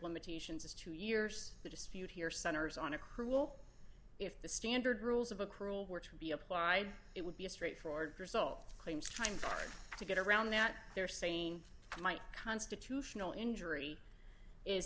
limitations is two years the dispute here centers on a cruel if the standard rules of a cruel were to be applied it would be a straightforward result claims trying to get around that they're saying might constitutional injury is